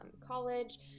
college